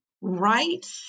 right